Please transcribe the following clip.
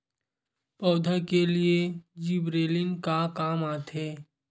पौधा के लिए जिबरेलीन का काम आथे?